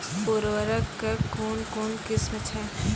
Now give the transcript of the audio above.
उर्वरक कऽ कून कून किस्म छै?